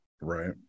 right